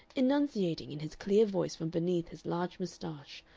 enunciating, in his clear voice from beneath his large mustache,